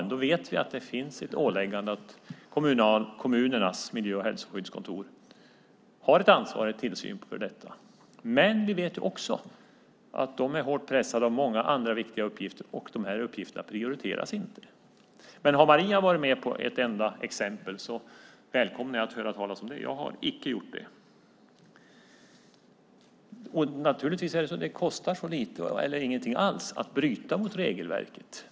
Ändå vet vi att det finns ett åläggande, att kommunernas miljö och hälsoskyddskontor har ett ansvar, en tillsyn över detta. Men vi vet också att de är hårt pressade av många andra viktiga uppgifter, och de här uppgifterna prioriteras inte. Men har Maria ett enda exempel ser jag fram emot att höra talas om det. Jag har icke varit med om det. Naturligtvis är det så att det kostar lite eller ingenting alls att bryta mot regelverket.